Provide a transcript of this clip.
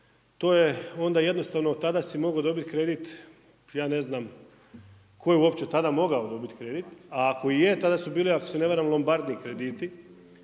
to je onda jednostavno, tada si mogao dobit kredit, ja ne znam tko je uopće tada mogao dobit kredit, a ako i je, tada su bili, ako se ne varam, lombardni krediti